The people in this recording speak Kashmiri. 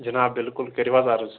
جِناب بِلکُل کٔرِو حظ عرٕض